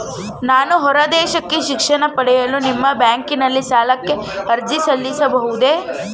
ನಾನು ಹೊರದೇಶಕ್ಕೆ ಶಿಕ್ಷಣ ಪಡೆಯಲು ನಿಮ್ಮ ಬ್ಯಾಂಕಿನಲ್ಲಿ ಸಾಲಕ್ಕೆ ಅರ್ಜಿ ಸಲ್ಲಿಸಬಹುದೇ?